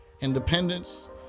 independence